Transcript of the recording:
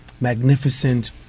magnificent